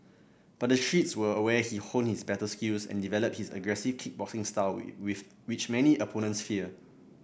but the streets were where he honed his battle skills and developed his aggressive kickboxing style with which many opponents fear